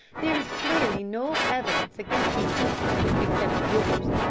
there is clearly no evidence against these people, except yours.